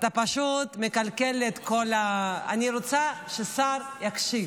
אתה פשוט מקלקל את כל --- אני רוצה שהשר יקשיב.